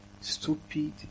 stupid